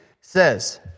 says